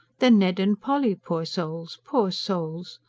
then ned and polly poor souls, poor souls!